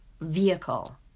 vehicle